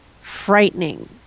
frightening